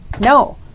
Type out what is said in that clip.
no